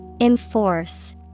Enforce